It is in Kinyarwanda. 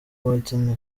whitney